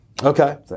Okay